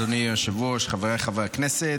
אדוני היושב-ראש, חבריי חברי הכנסת,